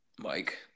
Mike